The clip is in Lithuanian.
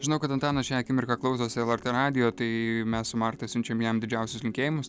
žinau kad antanas šią akimirką klausosi lrt radijo tai mes su marta siunčiam jam didžiausius linkėjimus